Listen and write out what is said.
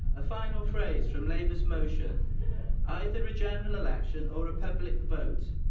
a final phrase from labour's motion either a general election or a public vote.